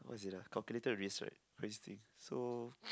what is it ah calculated risk [right] so